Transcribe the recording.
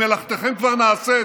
מלאכתכם כבר נעשית